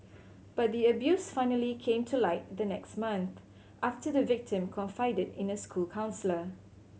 but the abuse finally came to light the next month after the victim confided in a school counsellor